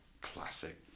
classic